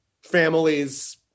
families